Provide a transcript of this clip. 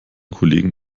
kollegen